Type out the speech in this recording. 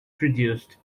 produced